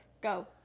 Go